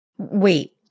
Wait